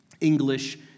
English